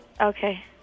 Okay